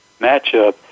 matchup